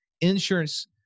insurance